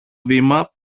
βήμα